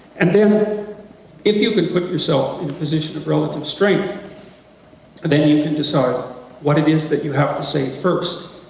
and then if you can put yourself in a position of relative strength, and then you can decide what it is that you have to say first,